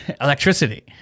electricity